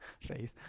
Faith